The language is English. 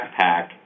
backpack